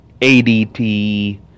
ADT